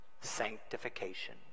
sanctification